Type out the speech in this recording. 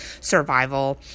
survival